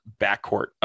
backcourt